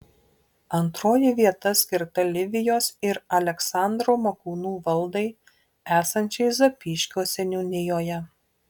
antroji vieta skirta livijos ir aleksandro makūnų valdai esančiai zapyškio seniūnijoje